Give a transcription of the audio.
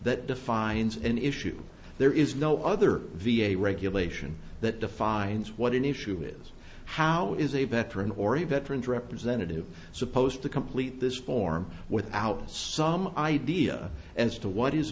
that defines an issue there is no other v a regulation that defines what an issue is how is a veteran or event fringe representative supposed to complete this form without some idea as to what is